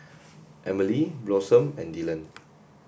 Emilie Blossom and Dillon